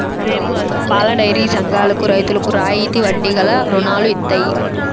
పాలడైరీ సంఘాలకు రైతులకు రాయితీ వడ్డీ గల రుణాలు ఇత్తయి